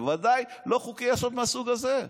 בוודאי לא בחוקי-יסוד מהסוג הזה.